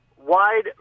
wide